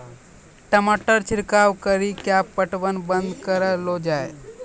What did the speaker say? टमाटर छिड़काव कड़ी क्या पटवन बंद करऽ लो जाए?